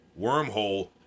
wormhole